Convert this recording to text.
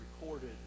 recorded